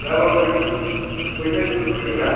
गाबोन खयथासो खयथासोआव थांनो